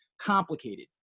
complicated